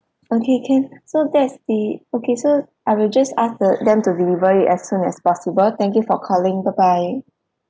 okay can so that's the okay so I will just ask the them to deliver it as soon as possible thank you for calling bye bye